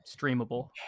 streamable